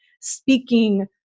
speaking